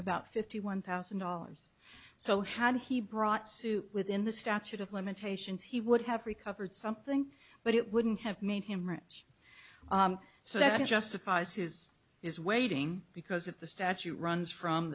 about fifty one thousand dollars so had he brought suit within the statute of limitations he would have recovered something but it wouldn't have made him rich so that justifies his is waiting because if the statute runs from